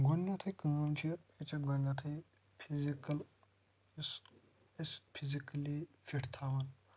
گۄڈٕنٮ۪تھٕے کٲم چھِ ییٚتہِ چھےٚ گۄڈٕنٮ۪تھ فیزِکَل یُس اسہِ فیزِکلی فِٹ تھاوان